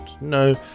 No